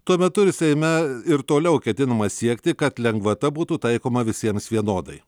tuo metu ir seime ir toliau ketinama siekti kad lengvata būtų taikoma visiems vienodai